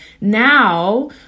Now